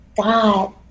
God